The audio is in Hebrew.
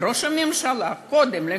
וראש הממשלה קודם כול,